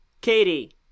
Katie